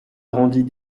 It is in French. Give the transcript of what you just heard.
rendit